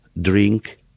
drink